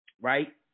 right